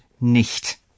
nicht